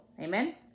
Amen